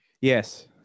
Yes